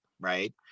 right